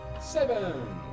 Seven